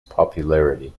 popularity